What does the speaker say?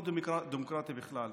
לא דמוקרטי בכלל.